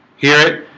hear it.